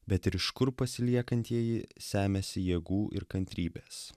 bet ir iš kur pasiliekantieji semiasi jėgų ir kantrybės